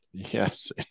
Yes